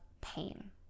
pain